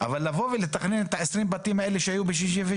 אבל לבוא ולתכנן את 20 הבתים האלה שהיו ב-1967,